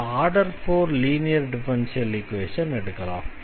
இந்த order 4 linear differential equation எடுக்கலாம்